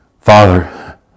Father